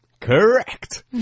Correct